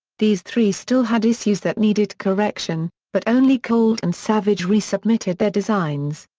these three still had issues that needed correction, but only colt and savage resubmitted their designs.